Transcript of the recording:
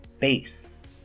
Base